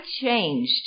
changed